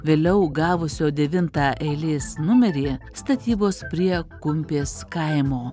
vėliau gavusio devintą eilės numerį statybos prie kumpės kaimo